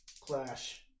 Clash